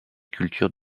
cultures